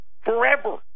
forever